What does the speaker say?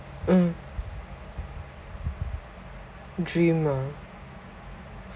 mm dream ah